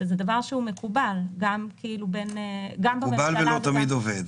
שזה דבר שמקובל --- מקובל ולא תמיד עובד.